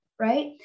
right